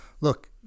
look